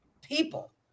people